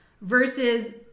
versus